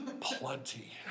plenty